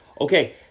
Okay